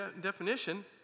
definition